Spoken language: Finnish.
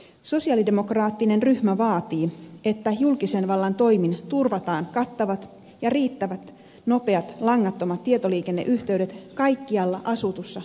sosialidemokraattinen ryhmä vaatii että julkisen vallan toimin turvataan kattavat ja riittävät nopeat langattomat tietoliikenneyhteydet kaikkialla asutussa suomessa